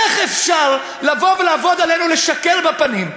איך אפשר לעבוד עלינו, לשקר בפנים?